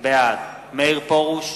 בעד מאיר פרוש,